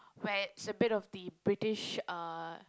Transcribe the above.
where it's a bit of the British uh